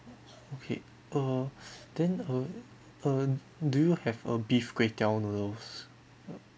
okay uh then uh um do you have a beef kway teow noodles yup